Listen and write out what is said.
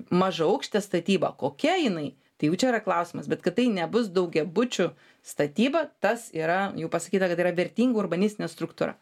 mažaaukštė statyba kokia jinai tai jau čia yra klausimas bet kad tai nebus daugiabučių statyba tas yra jų pasakyta kad tai yra vertinga urbanistinė struktūra